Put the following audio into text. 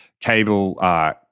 cable